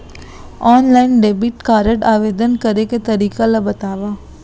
Online debit card आवेदन करे के तरीका ल बतावव?